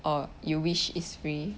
or you wish is free